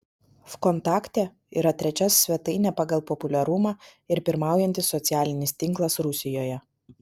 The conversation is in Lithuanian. vkontakte yra trečia svetainė pagal populiarumą ir pirmaujantis socialinis tinklas rusijoje